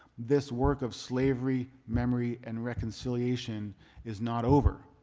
this work of slavery memory and reconciliation is not over.